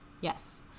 yes